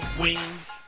wings